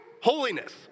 holiness